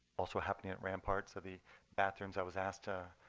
also happening at rampart. so the bathrooms, i was asked to